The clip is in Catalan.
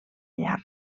llar